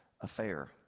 affair